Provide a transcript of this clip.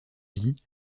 dit